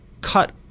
cut